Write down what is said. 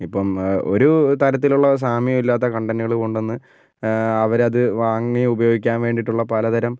ഇപ്പം ഒരു തരത്തിലുള്ള സാമ്യം ഇല്ലാത്ത കണ്ടൻറ്റുകൾ കൊണ്ട് വന്ന് അവരത് വാങ്ങി ഉപയോഗിക്കാൻ വേണ്ടിയിട്ടുള്ള പല തരം